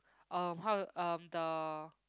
um how to um the